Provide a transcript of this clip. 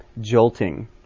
jolting